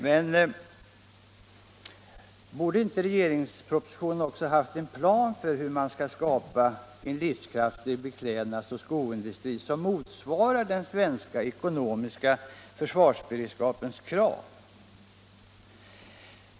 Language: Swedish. Men borde inte regeringspropositionen också ha haft en plan för hur man skall skapa en livskraftig beklädnads och skoindustri som motsvarar den ekonomiska försvarsberedskapens krav?